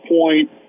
Point